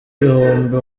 ibihumbi